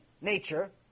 nature